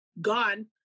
gone